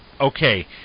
Okay